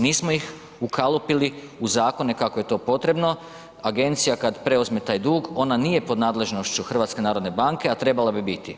Nismo ih ukalupili u zakone kako je to potrebno, agencija kad preuzme taj dug, ona nije pod nadležnošću HNB-a, a trebala bi biti.